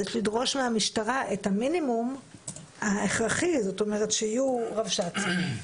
אז יש לדרוש מהמשטרה את המינימום ההכרחי שיהיו רבש"צים,